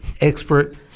expert